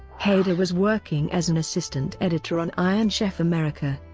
hader was working as an assistant editor on iron chef america.